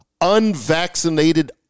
unvaccinated